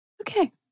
Okay